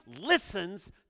listens